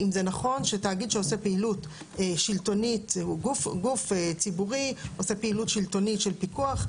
אם זה נכון שתאגיד שהוא גוף ציבורי שעושה פעילות שלטונית של פיקוח,